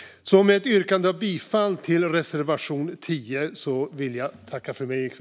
Jag yrkar bifall till reservation 10.